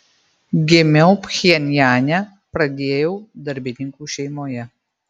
gimiau pchenjane pradėjau darbininkų šeimoje